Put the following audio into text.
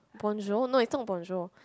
bonjour no its not bonjour